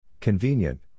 Convenient